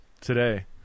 today